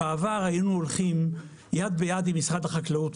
בעבר היינו הולכים יד ביד עם משרד החקלאות,